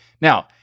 Now